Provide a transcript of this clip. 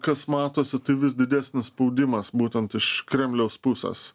kas matosi tai vis didesnis spaudimas būtent iš kremliaus pusės